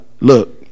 Look